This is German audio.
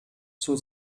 zur